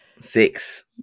Six